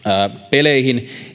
peleihin